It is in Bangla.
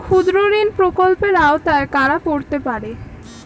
ক্ষুদ্রঋণ প্রকল্পের আওতায় কারা পড়তে পারে?